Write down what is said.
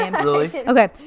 Okay